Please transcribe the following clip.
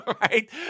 right